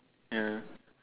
yeah